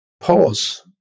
pause